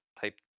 type